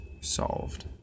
solved